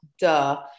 Duh